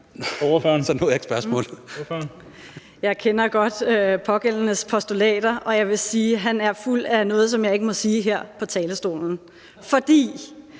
(NB): Jeg kender godt pågældendes postulater, og jeg vil sige, at han er fuld af noget, som jeg ikke må sige her på talerstolen. For